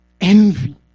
envy